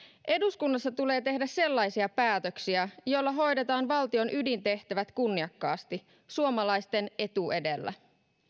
eduskunnassa tulee tehdä sellaisia päätöksiä joilla hoidetaan valtion ydintehtävät kunniakkaasti suomalaisten etu edellä